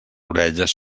orelles